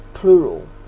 plural